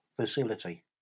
facility